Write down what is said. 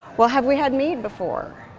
well have we had mead before?